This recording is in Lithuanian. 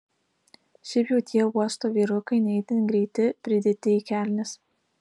šiaip jau tie uosto vyrukai ne itin greiti pridėti į kelnes